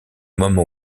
moment